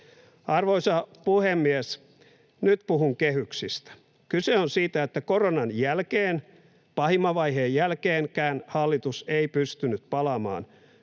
Arvoisa puhemies! Nyt puhun kehyksistä. Kyse on siitä, että koronan jälkeen, pahimman vaiheen jälkeenkään, hallitus ei pystynyt palaamaan